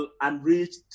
unreached